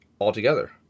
altogether